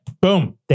boom